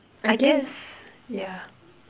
I guess yeah